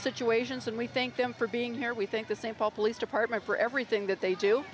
situations and we thank them for being here we think the st paul police department for everything that they do